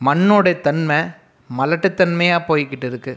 மண்ணோடய தன்மை மலட்டுத்தன்மையாக போய்க்கிட்டு இருக்கு